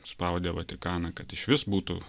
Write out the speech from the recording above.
spaudė vatikaną kad išvis būtų